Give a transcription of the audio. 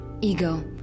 Ego